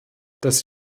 dass